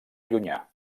llunyà